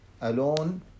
alone